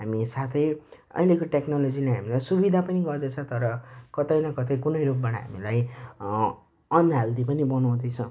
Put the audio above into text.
हामी साथै अहिलेको टेक्नोलोजीले हामीलाई सुविधा पनि गर्दैछ तर कतै न कतै कुनै रूपबाट हामीलाई अनहेल्दी पनि बनाउँदैछ